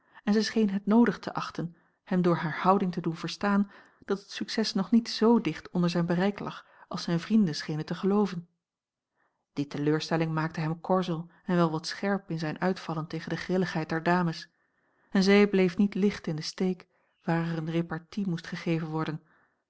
en zij scheen henoodig te achten hem door hare houding te doen verstaan dat het succes nog niet z dicht onder zijn bereik lag als zijne vrienden schenen te gelooven die teleurstelling maakte hem korzel en wel wat scherp in zijne uitvallen tegen de grilligheid der dames en zij bleef niet licht in den steek waar er eene repartie moest gegeven worden